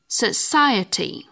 society